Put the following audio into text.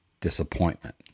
disappointment